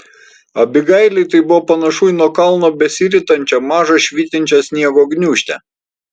abigailei tai buvo panašu į nuo kalno besiritančią mažą švytinčią sniego gniūžtę